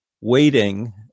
waiting